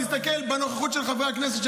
תסתכל בנוכחות של חברי הכנסת,